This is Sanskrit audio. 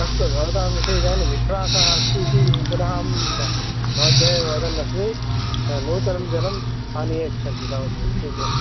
अस्तु भवतां विषये इदानीं विश्वासः अस्ति इति पुनः अहं भवद्भ्यः एव वदन् अस्मि नूतनं जलम् आनीय यच्छन्तु तावदेव शीघ्रम्